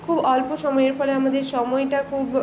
খুব অল্প সময়ে এর ফলে আমাদের সময়টা খুব